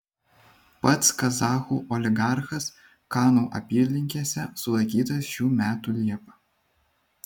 pats kazachų oligarchas kanų apylinkėse sulaikytas šių metų liepą